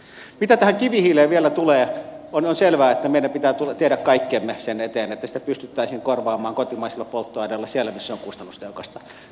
mitä tähän kivihiileen vielä tulee on selvää että meidän pitää tehdä kaikkemme sen eteen että sitä pystyttäisiin korvaamaan kotimaisilla polttoaineilla siellä missä se on kustannustehokasta